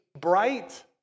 bright